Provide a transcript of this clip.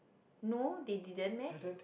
no they didn't meh